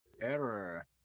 Error